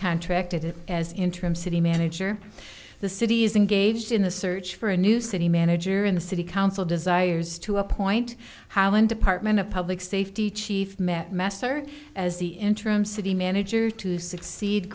contract at it as interim city manager the city is engaged in the search for a new city manager in the city council desires to appoint how an department of public safety chief met master as the interim city manager to succeed